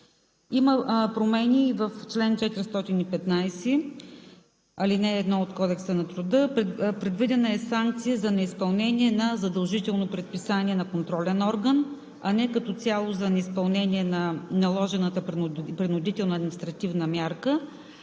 Има промени и в чл. 415, ал. 1 от Кодекса на труда. Предвидена е санкция за неизпълнение на задължително предписание на контролен орган, а не като цяло за неизпълнение на наложената принудителна административна мярка.